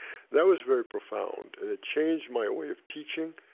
that was very profound, and it changed my way of teaching.